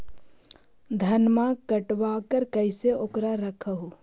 धनमा कटबाकार कैसे उकरा रख हू?